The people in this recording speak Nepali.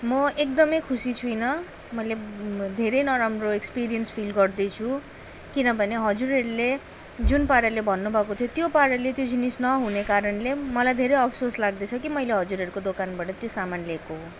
म एकदमै खुसी छुइनँ मैले धेरै नराम्रो एक्सपिरियन्स फिल गर्दैछु किनभने हजुरहरूले जुन पाराले भन्नुभएको थियो त्यो पाराले त्यो जिनिस नहुने कारणले मलाई धेरै अफसोस लाग्दैछ कि मैले हजुरहरूको दोकानबाट त्यो सामान लिएको हो